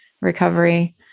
recovery